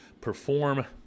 perform